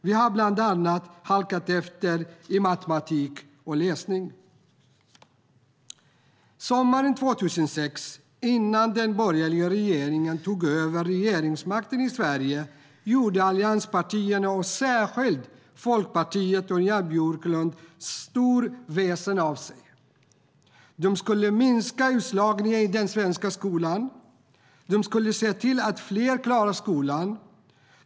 Vi har bland annat halkat efter i matematik och läsning. Sommaren 2006, innan den borgerliga regeringen tog över regeringsmakten i Sverige, gjorde allianspartierna och särskild Folkpartiet och Jan Björklund stort väsen av sig. De skulle minska utslagningen i den svenska skolan. De skulle se till att fler klarade skolan.